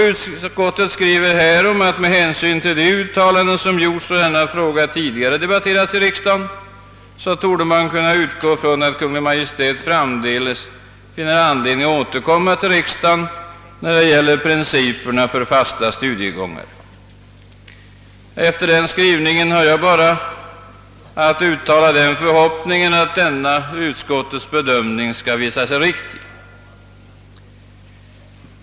Utskottet skriver härom: »Med hänsyn till de uttalanden som gjorts då denna fråga tidigare debatterades i riksdagen torde man kunna utgå från att Kungl. Maj:t framdeles finner anledning återkomma till riksdagen när det gäller principerna för fasta studiegångar.» Ef ter den skrivningen har jag bara att uttala en förhoppning om att utskottets bedömning skall visa sig vara riktig.